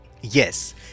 Yes